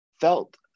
felt